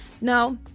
Now